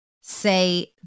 say